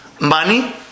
money